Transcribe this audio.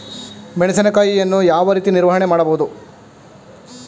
ಮೆಣಸಿನಕಾಯಿಯನ್ನು ಯಾವ ರೀತಿ ನಿರ್ವಹಣೆ ಮಾಡಬಹುದು?